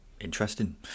Interesting